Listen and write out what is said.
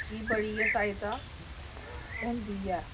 गी बड़ी गै स्हायता होंदी ऐ